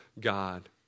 God